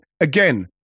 again